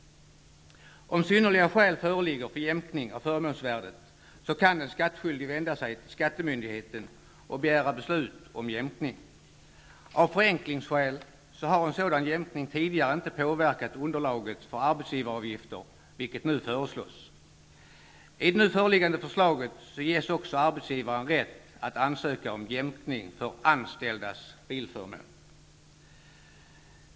Om synnerliga skäl föreligger för jämkning av förmånsvärdet kan den skattskyldige vända sig till skattemyndigheten och begära beslut om jämkning. Av förenklingsskäl har en sådan jämkning tidigare inte påverkat underlaget för arbetsgivaravgifter, vilket nu föreslås. I det nu föreliggande förslaget ges också arbetsgivare rätt att ansöka om jämkning för anställdas bilförmån.